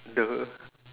!duh!